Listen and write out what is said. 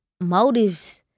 motives